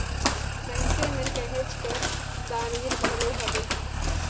मइनसे मन कहेच कर दानबीर घलो हवें